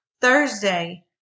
Thursday